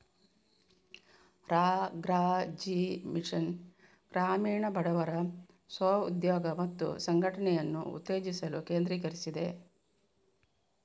ರಾ.ಗ್ರಾ.ಜೀ mission ಗ್ರಾಮೀಣ ಬಡವರ ಸ್ವ ಉದ್ಯೋಗ ಮತ್ತು ಸಂಘಟನೆಯನ್ನು ಉತ್ತೇಜಿಸಲು ಕೇಂದ್ರೀಕರಿಸಿದೆ